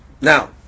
Now